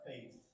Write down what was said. faith